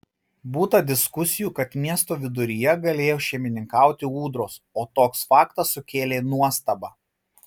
būta diskusijų kad miesto viduryje galėjo šeimininkauti ūdros o toks faktas sukėlė nuostabą